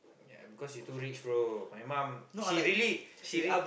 ya because you too rich bro my mum she really she real~